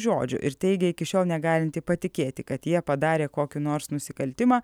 žodžių ir teigė iki šiol negalinti patikėti kad jie padarė kokį nors nusikaltimą